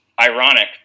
ironic